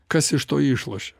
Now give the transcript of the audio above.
kas iš to išlošia